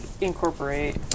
incorporate